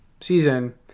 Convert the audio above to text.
Season